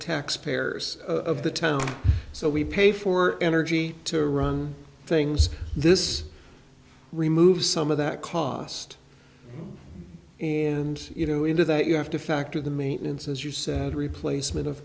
taxpayers of the town so we pay for energy to run things this removes some of that cost and you know into that you have to factor the maintenance as you said replacement of